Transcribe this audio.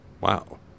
Wow